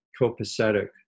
copacetic